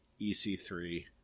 EC3